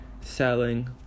selling